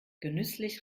genüsslich